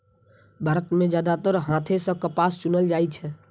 भारत मे जादेतर हाथे सं कपास चुनल जाइ छै